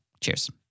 Cheers